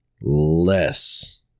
Less